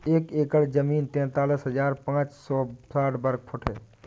एक एकड़ जमीन तैंतालीस हजार पांच सौ साठ वर्ग फुट है